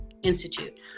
Institute